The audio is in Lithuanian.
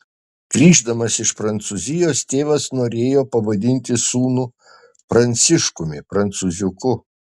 grįždamas iš prancūzijos tėvas norėjo pavadinti sūnų pranciškumi prancūziuku